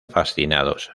fascinados